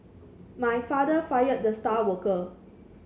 my father fired the star worker